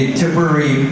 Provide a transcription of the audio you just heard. temporary